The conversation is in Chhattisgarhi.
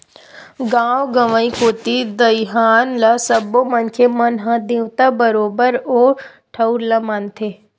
गाँव गंवई कोती दईहान ल सब्बो मनखे मन ह देवता बरोबर ओ ठउर ल मानथे